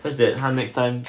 cause that time next time